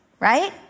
right